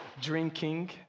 drinking